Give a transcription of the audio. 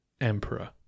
Emperor